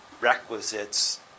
requisites